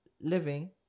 living